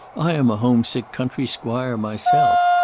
i am a home-sick country squire myself.